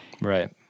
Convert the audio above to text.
right